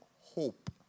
hope